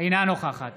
אינה נוכחת